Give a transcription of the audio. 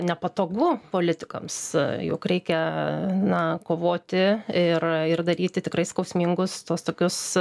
nepatogu politikams juk reikia na kovoti ir ir daryti tikrai skausmingus tuos tokius